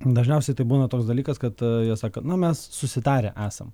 dažniausiai tai būna toks dalykas kad jie sako na mes susitarę esam